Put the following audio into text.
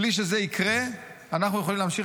בלי שזה ,יקרה אנחנו יכולים להמשיך